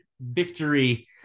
victory